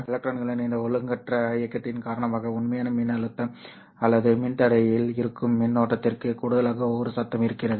எலக்ட்ரான்களின் இந்த ஒழுங்கற்ற இயக்கத்தின் காரணமாக உண்மையான மின்னழுத்தம் அல்லது மின்தடையில் இருக்கும் மின்னோட்டத்திற்கும் கூடுதலாக ஒரு சத்தம் இருக்கிறது